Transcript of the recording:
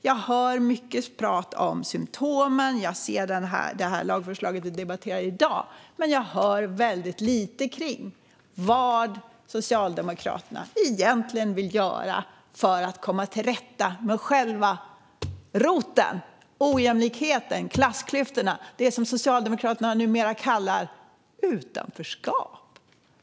Jag hör mycket prat om symtomen, och jag ser det lagförslag vi debatterar i dag. Men jag hör väldigt lite om vad Socialdemokraterna egentligen vill göra för att komma till rätta med själva roten: ojämlikheten, klassklyftorna, det som Socialdemokraterna numera kallar utanförskap.